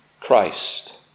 Christ